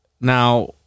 now